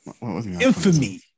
Infamy